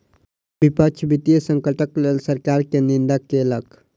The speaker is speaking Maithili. विपक्ष वित्तीय संकटक लेल सरकार के निंदा केलक